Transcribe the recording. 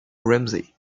ramsey